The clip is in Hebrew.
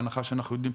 בהנחה שאנחנו יודעים,